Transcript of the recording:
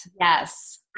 Yes